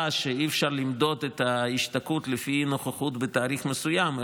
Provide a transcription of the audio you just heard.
שאי-אפשר למדוד את ההשתקעות לפי נוכחות בתאריך מסוים,